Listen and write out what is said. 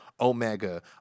Omega